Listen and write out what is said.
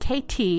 KT